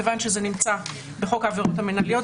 כיוון שזה נמצא בחוק העבירות המינהליות,